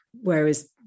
Whereas